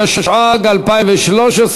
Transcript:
התשע"ג 2013,